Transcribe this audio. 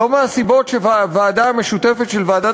לא מהסיבות שהוועדה המשותפת של ועדת